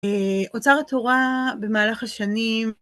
אוצר התורה במהלך השנים